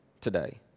today